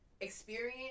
experience